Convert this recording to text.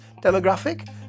demographic